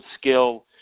skill